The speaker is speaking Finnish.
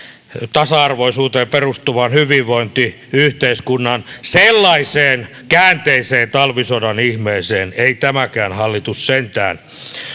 tasa arvoisuuteen perustuvan hyvinvointiyhteiskunnan sellaiseen käänteiseen talvisodan ihmeeseen ei tämäkään hallitus sentään